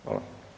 Hvala.